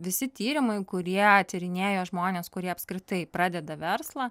visi tyrimai kurie tyrinėja žmones kurie apskritai pradeda verslą